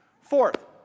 Fourth